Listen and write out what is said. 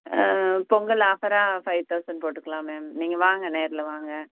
பொங்கல் ஆஃபராக five thousand போட்டுக்கலாம் ma'am நீங்கள் வாங்க நேரில் வாங்க